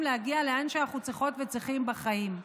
להגיע לאן שאנחנו צריכות וצריכים בחיים.